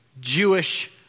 Jewish